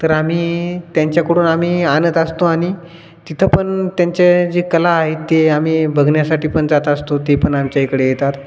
तर आम्ही त्यांच्याकडून आम्ही आणत असतो आणि तिथं पण त्यांचे जे कला आहेत ते आम्ही बघण्यासाठी पण जात असतो ते पण आमच्या इकडे येतात